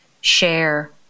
share